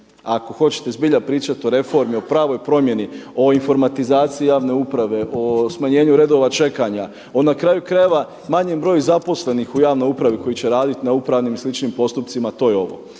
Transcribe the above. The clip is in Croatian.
ako hoćete zbilja pričati o reformi, o pravoj promjeni, o informatizaciji javne uprave, o smanjenju redova čekanja, o na kraju krajeva manji broj zaposlenih u javnoj upravi koji će raditi na upravnim i sličnim postupcima, to je ovo.